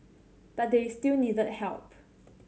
but they still needed help